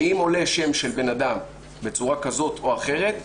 ואם עולה שם של בן אדם בצורה כזאת או אחרת,